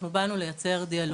אנחנו באנו לייצר דיאלוג.